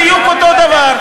בדיוק אותו דבר.